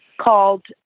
called